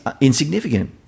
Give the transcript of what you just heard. insignificant